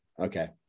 Okay